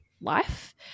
life